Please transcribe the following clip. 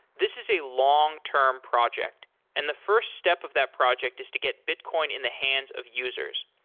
this is a long-term project and the first step of that project is to get bitcoin in the hands of users.